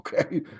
okay